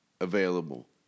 Available